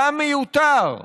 דם מיותר: